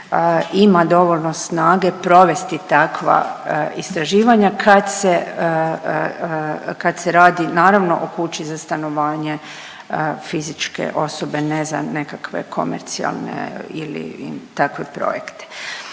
ima dovoljno snage provesti takva istraživanja kad se, kad se radi naravno o kući za stanovanje fizičke osobe ne za nekakve komercijalne ili takve projekte.